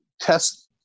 test